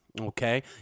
okay